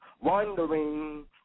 Wondering